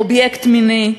אובייקט מיני.